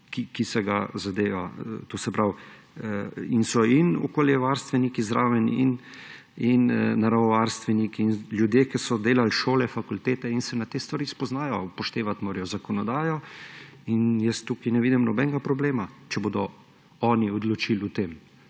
ki se ga zadeva. In so in okoljevarstveniki zraven in naravovarstveniki in ljudje, ki so delali šole, fakultete in se na te stvari spoznajo. Upoštevati morajo zakonodajo in tukaj ne vidim nobenega problema, če bodo oni odločali o tem.